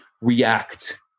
react